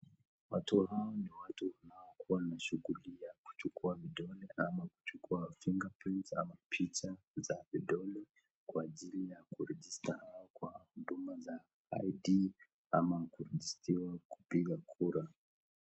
Watu hawa ni watu wanaokuwa na shughuli ya kuchukua vidole au kuchukua fingerprints ama picha za vidole kwa ajili ya kuregister au kwa huduma za Id ama kuregistiwa kupiga kura.